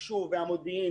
התקשוב והמודיעין,